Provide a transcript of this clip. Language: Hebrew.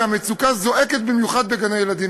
והמצוקה זועקת במיוחד בגני-ילדים.